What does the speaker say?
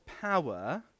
power